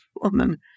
woman